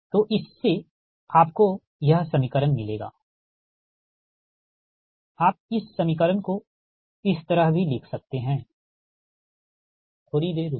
तो इससे आपको यह समीकरण मिलेगा आप इस समीकरण को इस तरह लिख सकते है थोड़ी देर रुकिए